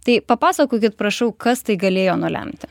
tai papasakokit prašau kas tai galėjo nulemti